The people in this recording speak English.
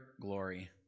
glory